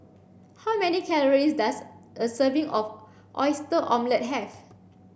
how many calorie does a serving of oyster omelette have